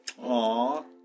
Aww